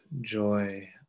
joy